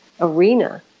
arena